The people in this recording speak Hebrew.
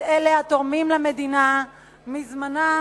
את אלה התורמים למדינה מזמנם,